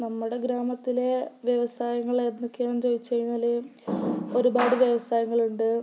നമ്മുടെ ഗ്രാമത്തിൽ വ്യവസായങ്ങൾ എന്തൊക്കെയാണെന്നു ചോദിച്ചു കഴിഞ്ഞാൽ ഒരുപാട് വ്യവസായങ്ങളുണ്ട്